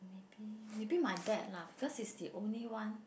maybe maybe my dad lah because he's the only one